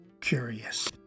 curious